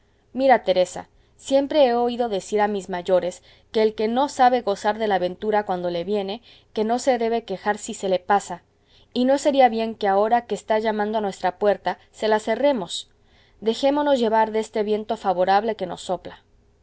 mira teresa siempre he oído decir a mis mayores que el que no sabe gozar de la ventura cuando le viene que no se debe quejar si se le pasa y no sería bien que ahora que está llamando a nuestra puerta se la cerremos dejémonos llevar deste viento favorable que nos sopla